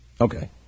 Okay